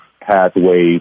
pathways